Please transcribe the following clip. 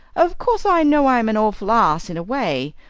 of course i know i'm an awful ass in a way,